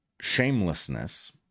shamelessness